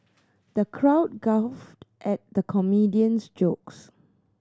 the crowd guffawed at the comedian's jokes